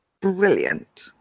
brilliant